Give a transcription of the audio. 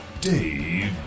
dave